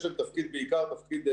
יש להן בעיקר תפקיד,